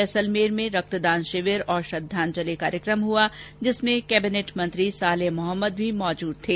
जैसलमेर में रक्तदान शिविर और श्रद्धांजलि कार्यक्रम हुआ जिसमें कैबिनेट मंत्री सालेह मोहम्मद भी मौजूद थे